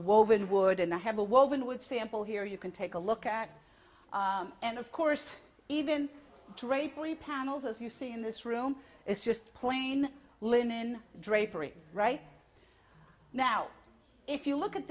woven wood and i have a woven wood sample here you can take a look at and of course even drapery panels as you see in this room is just plain linen drapery right now if you look at